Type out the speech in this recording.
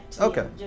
Okay